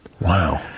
Wow